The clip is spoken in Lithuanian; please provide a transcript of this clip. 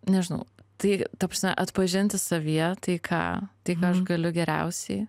nežinau tai ta prasme atpažinti savyje tai ką tai ką aš galiu geriausiai